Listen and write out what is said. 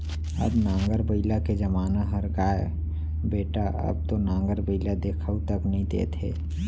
अब नांगर बइला के जमाना हर गय बेटा अब तो नांगर बइला देखाउ तक नइ देत हे